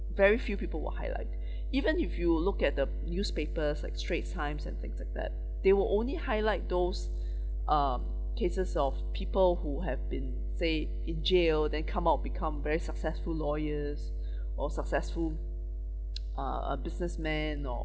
very few people will highlight even if you look at the newspapers like straits times and things like that they will only highlight those um cases of people who have been say in jail then come out become very successful lawyers or successful uh a businessman or